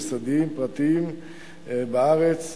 מוסדיים ופרטיים בארץ,